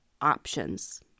options